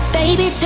baby